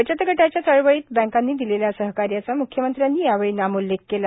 बचतगटाच्या चळवळीत बँकांनी दिलेल्या सहकार्याचा म्ख्यमंत्र्यांनी यावेळी नामोल्लेख केला